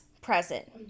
present